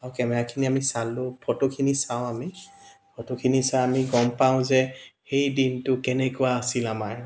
আৰু কেমেৰাখিনি আমি চালোঁ ফটোখিনি চাওঁ আমি ফটোখিনি চাই আমি গ'ম পাওঁ যে সেই দিনটো কেনেকুৱা আছিল আমাৰ